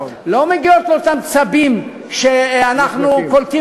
לא מגיעות לאותם צבים שאנחנו קולטים